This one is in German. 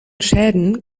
schäden